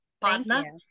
partner